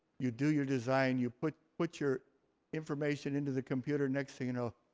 you do your design, you put put your information into the computer, next thing you know,